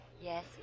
Yes